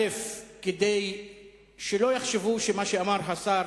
כדי שלא יחשבו שמה שאמר השר